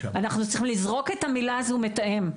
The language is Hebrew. אנחנו צריכים לזרוק את המילה "מתאם".